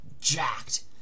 jacked